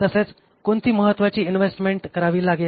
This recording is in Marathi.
तसेच कोणती महत्वाची इन्व्हेस्टमेंट करावी लागेल